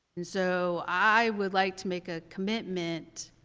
and so i would like to make a commitment